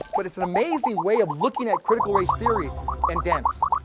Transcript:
but it's an amazing way of looking at critical race theory and dance,